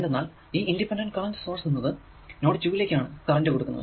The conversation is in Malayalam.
എന്തെന്നാൽ ഈ ഇൻഡിപെൻഡ് കറന്റ് സോഴ്സ് എന്നത് നോഡ് 2 ലേക്കാണ് കറന്റ് കൊടുക്കുന്നത്